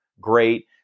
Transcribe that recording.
great